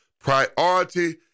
Priority